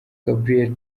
gabriel